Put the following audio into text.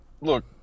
look